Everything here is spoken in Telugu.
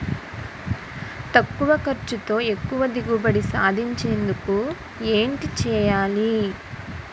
తక్కువ ఖర్చుతో ఎక్కువ దిగుబడి సాధించేందుకు ఏంటి చేయాలి?